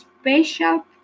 special